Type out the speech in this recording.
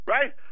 Right